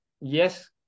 Yes